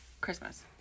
christmas